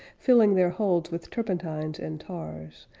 filling their holds with turpentines and tars,